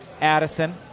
Addison